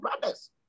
brothers